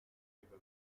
river